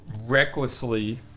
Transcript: recklessly